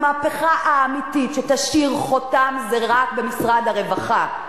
המהפכה האמיתית שתשאיר חותם זה רק במשרד הרווחה.